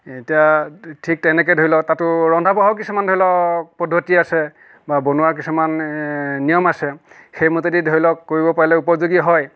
এতিয়া ঠিক তেনেকৈ ধৰি লওক তাতো ৰন্ধা বঢ়াও কিছুমান ধৰি লওক পদ্ধতি আছে বা বনোৱাৰ কিছুমান নিয়ম আছে সেই মতেদি ধৰি লওক কৰিব পাৰিলেও উপযোগী হয়